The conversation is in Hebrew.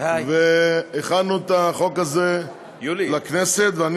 והכנו את הצעת החוק הזאת לכנסת.